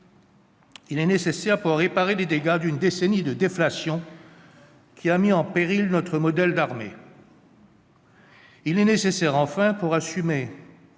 Il est nécessaire pour réparer les dégâts d'une décennie de déflation, qui a mis en péril notre modèle d'armée. Il est nécessaire pour que